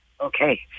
Okay